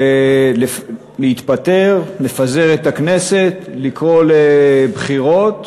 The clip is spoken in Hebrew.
להתפטר, לפזר את הכנסת, לקרוא לבחירות,